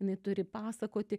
jinai turi pasakoti